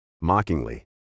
mockingly